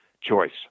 choice